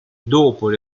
dopo